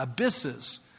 abysses